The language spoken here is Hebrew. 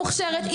מוכשרת,